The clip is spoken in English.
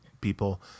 people